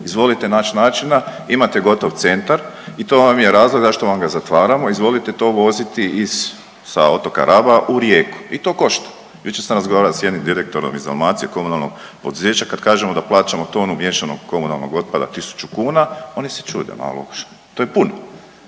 Izvolite naći načina, imate gotov centar i to vam je razlog zašto vam ga zatvaramo. Izvolite to voziti iz sa otoka Raba u Rijeku. I to košta. Jučer sam razgovara s jednim direktorom iz Dalmacije komunalnog poduzeća kad kažemo da plaćamo tonu miješanog komunalnog otpada tisuću kuna oni se čude malo, to je puno.